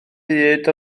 byd